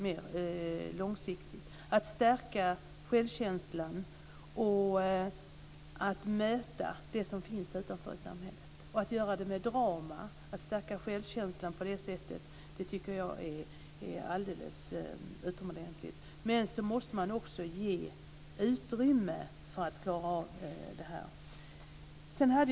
Man måste stärka självkänslan, och möta det som finns utanför i samhället. Det kan man göra med drama. Jag tycker att det är alldeles utomordentligt att stärka självkänslan på det sättet. Men då måste man också ge utrymme för att klara av detta.